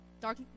Dark